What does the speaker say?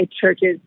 churches